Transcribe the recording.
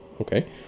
Okay